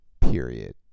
Period